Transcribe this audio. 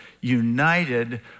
united